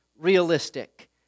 Realistic